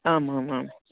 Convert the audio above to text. आम् आम् आम्